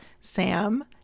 Sam